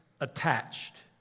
attached